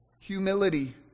humility